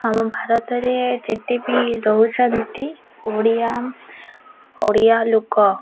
ଆମ ଭାରତରେ ଯେତେ ବି ରହୁଛନ୍ତି ଓଡ଼ିଆ ଓଡ଼ିଆ ଲୋକ